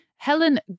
Helen